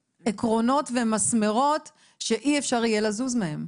עקרונות ומסמרות שאי אפשר יהיה לזוז מהם.